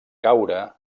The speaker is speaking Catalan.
caure